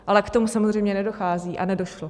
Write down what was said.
Ale k tomu samozřejmě nedochází a nedošlo.